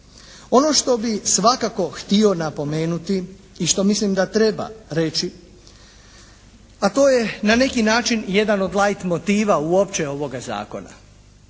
Ono što bi svakako htio napomenuti i što mislim da treba reći, a to je na neki način i jedan od lajt motiva uopće ovoga zakona.